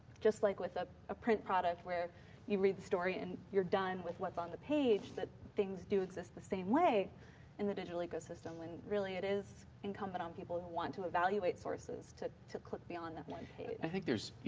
just like with a ah print product where you read the story and you're done with what's on the page, that things do exist the same way in the digital ecosystem and really it is incumbent on people who want to evaluate sources to to click beyond that one page. i think there's,